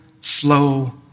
slow